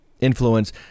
Influence